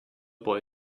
boy